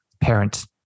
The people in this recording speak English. parent